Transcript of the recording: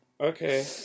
Okay